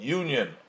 union